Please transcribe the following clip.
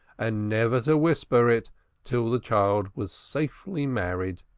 and never to whisper it till the child was safely married.